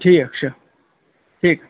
ٹھیٖک چھُ ٹھیٖک